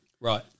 Right